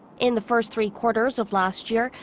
in the first three quarters of last year,